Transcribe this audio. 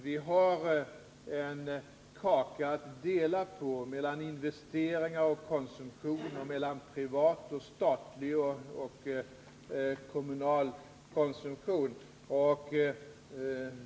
Vi har en kaka att dela på mellan investeringar och konsumtion, mellan privat, statlig och kommunal konsumtion.